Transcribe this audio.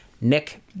Nick